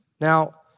Now